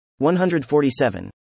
147